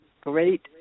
great